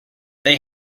they